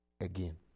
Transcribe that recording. again